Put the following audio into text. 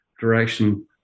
direction